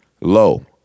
Low